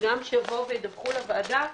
וגם שיבואו וידווחו לוועדה,